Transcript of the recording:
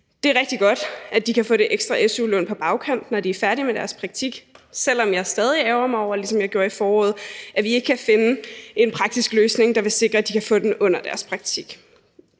Det er rigtig godt, at de kan få det ekstra su-lån på bagkant, når de er færdige med deres praktik, selv om jeg stadig ærgrer mig over – ligesom jeg gjorde i foråret – at vi ikke kan finde en praktisk løsning, der vil sikre, at de kan få det under deres praktik.